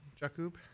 Jakub